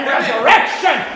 resurrection